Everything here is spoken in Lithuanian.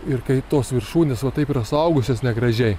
ir kai tos viršūnės va taip yra suaugusios negražiai